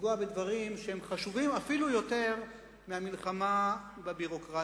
לפגוע בדברים שהם חשובים אפילו יותר מהמלחמה בביורוקרטיה.